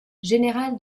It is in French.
général